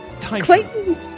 Clayton